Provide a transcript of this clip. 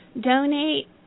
donate